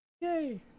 Yay